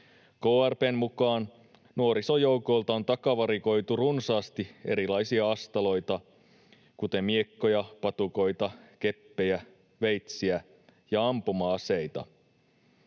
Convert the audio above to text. Krp:n mukaan nuorisojoukoilta on takavarikoitu runsaasti erilaisia astaloita, kuten miekkoja, patukoita, keppejä, veitsiä ja ampuma-aseita.